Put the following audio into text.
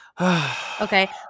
Okay